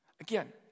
Again